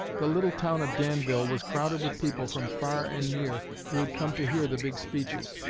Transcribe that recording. the little town of danville was crowded with people from far and near who had come to hear the big speeches.